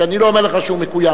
שאני לא אומר לך שהוא מקוים,